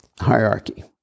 hierarchy